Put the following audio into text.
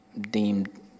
deemed